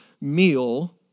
meal